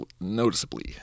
noticeably